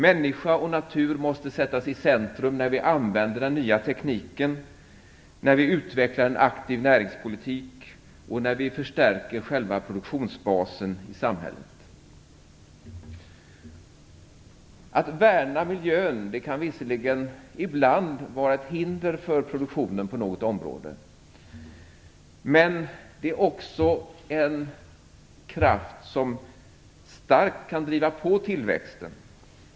Människa och natur måste sättas i centrum när vi använder den nya tekniken, när vi utvecklar en aktiv näringspolitik och när vi förstärker själva produktionsbasen i samhället. Att värna miljön kan visserligen ibland vara ett hinder för produktionen på något område, men det är också en kraft som starkt kan driva på tillväxten.